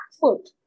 foot